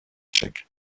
tchèque